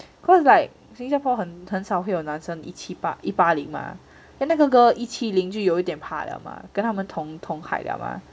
cause like 新加坡很很少会有男生一七八一八零吗那个 girl 一七零就有一点怕了吗跟他们同同 height liao mah